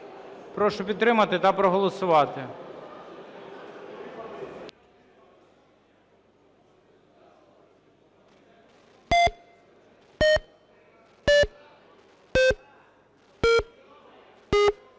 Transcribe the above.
Прошу підтримати та проголосувати.